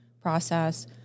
process